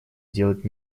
делать